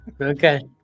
Okay